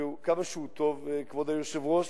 כמה שהוא טוב, כבוד היושב-ראש,